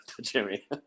Jimmy